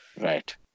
Right